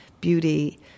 Beauty